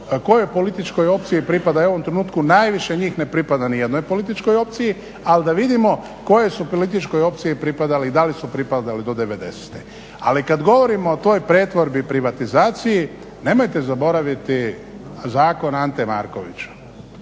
kojoj političkoj opciji pripadaju u ovom trenutku, najviše njih ne pripada niti jednoj političkoj opciji, ali da vidimo kojoj su političkoj opciji pripadali i da li su pripadali do 90-e. Ali kada govorimo o toj pretvorbi i privatizaciji, nemojte zaboraviti zakon Ante Markovića.